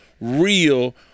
real